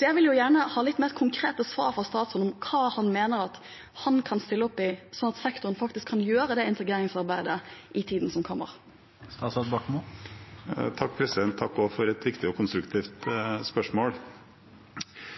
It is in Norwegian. Jeg vil gjerne ha litt mer konkrete svar fra statsråden om hva han mener at han kan stille opp med, sånn at sektoren faktisk kan gjøre det integreringsarbeidet i tiden som kommer. Takk for et viktig og konstruktivt